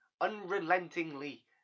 unrelentingly